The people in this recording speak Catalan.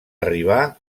arribar